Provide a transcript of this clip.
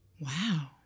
Wow